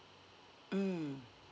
mm